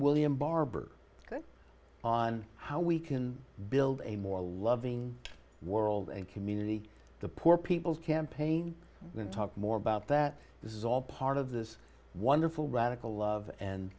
william barber going on how we can build a more loving world and community the poor people's campaign and talk more about that this is all part of this wonderful radical love and